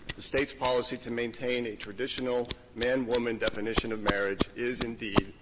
the state's policy to maintain a traditional man-woman definition of marriage is, indeed,